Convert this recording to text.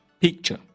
picture